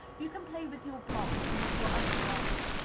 you can play with your blocks, and with your other dollies,